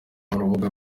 urubuga